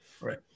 Right